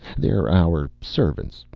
they're our servants,